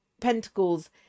Pentacles